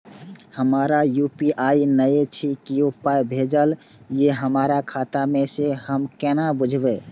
हमरा यू.पी.आई नय छै कियो पाय भेजलक यै हमरा खाता मे से हम केना बुझबै?